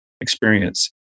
experience